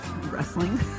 Wrestling